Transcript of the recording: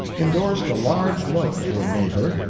indorsed a large note for a neighbor,